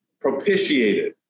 propitiated